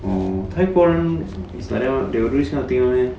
wu 泰国人 is like that they will do this kind of thing [one] meh